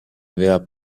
aveva